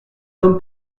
comme